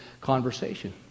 conversation